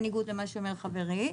בניגוד למה שאומר חברי,